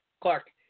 Clark